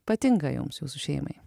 patinka jums jūsų šeimai